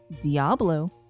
Diablo